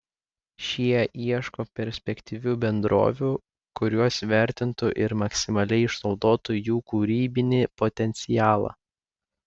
šie ieško perspektyvių bendrovių kurios vertintų ir maksimaliai išnaudotų jų kūrybinį potencialą